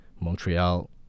Montreal